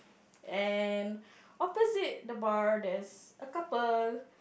and opposite the bar there's a couple